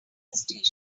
station